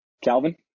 Calvin